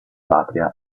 patria